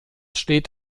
steht